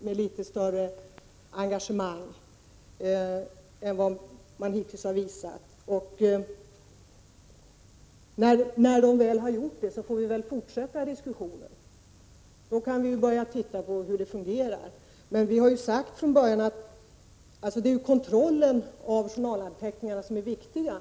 med litet större engagemang än vad de hittills har visat. När de väl har gjort det får vi väl fortsätta diskussionen. Då kan vi börja se på hur det hela fungerar. Det är kontrollen av journalanteckningarna som är viktig.